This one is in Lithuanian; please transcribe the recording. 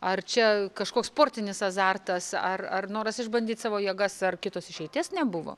ar čia kažkoks sportinis azartas ar ar noras išbandyti savo jėgas ar kitos išeities nebuvo